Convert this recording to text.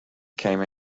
came